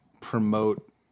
promote